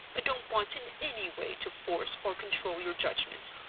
i don't want in any way to force or control your judgment.